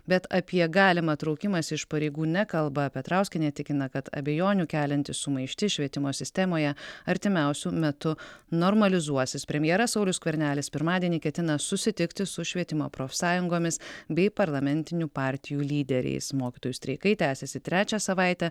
bet apie galimą traukimąsi iš pareigų nekalba petrauskienė tikina kad abejonių kelianti sumaištis švietimo sistemoje artimiausiu metu normalizuosis premjeras saulius skvernelis pirmadienį ketina susitikti su švietimo profsąjungomis bei parlamentinių partijų lyderiais mokytojų streikai tęsiasi trečią savaitę